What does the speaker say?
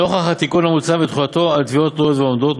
נוכח התיקון המוצע ותחולתו על תביעות תלויות ועומדות,